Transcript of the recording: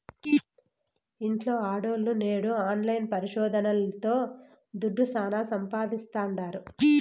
ఇంట్ల ఆడోల్లు నేడు ఆన్లైన్ పరిశోదనల్తో దుడ్డు శానా సంపాయిస్తాండారు